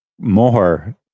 More